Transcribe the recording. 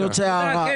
אני רוצה הערה.